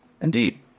indeed